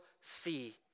see